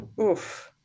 Oof